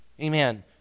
Amen